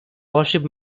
warship